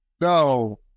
no